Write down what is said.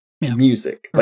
music